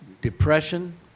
depression